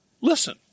Listen